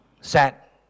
sat